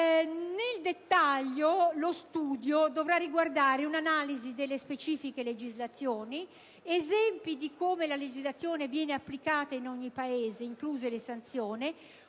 Nel dettaglio, lo studio dovrà riguardare un'analisi delle specifiche legislazioni, esempi di come la legislazione viene applicata in ogni Paese (incluse le sanzioni),